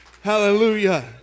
Hallelujah